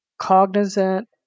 cognizant